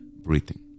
breathing